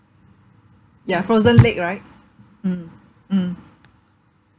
ya frozen lake right mm mm